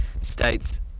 states